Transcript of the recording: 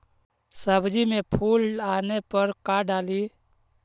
सब्जी मे फूल आने पर का डाली?